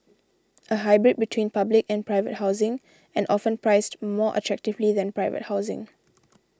a hybrid between public and private housing and often priced more attractively than private housing